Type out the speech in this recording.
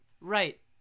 Right